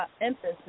emphasis